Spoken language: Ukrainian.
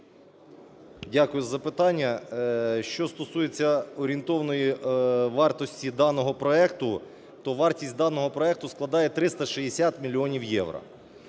Дякую за запитання. Що стосується орієнтовної вартості даного проекту, то вартість даного проекту складає 360 мільйонів євро.